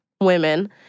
women